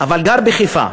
אבל גר בחיפה.